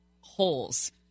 holes